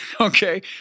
Okay